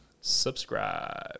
Subscribe